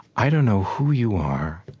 i don't know who you are,